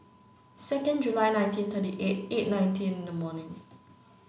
second July nineteen thirty eight eight nineteen in the morning